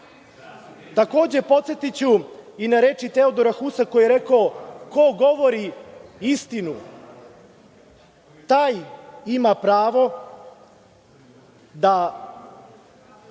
nivou. Takođe, podsetiću i na reči Teodora Husa koji je rekao – ko govori istinu, taj ima pravo da